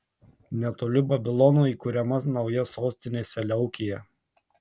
netoli babilono įkuriama nauja sostinė seleukija